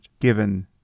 given